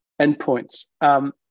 endpoints